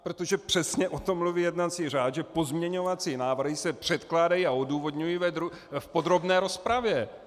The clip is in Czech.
Protože přesně o tom mluví jednací řád, že pozměňovací návrhy se předkládají a odůvodňují v podrobné rozpravě.